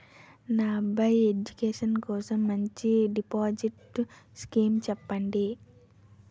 నా అబ్బాయి ఎడ్యుకేషన్ కోసం మంచి డిపాజిట్ స్కీం చెప్పండి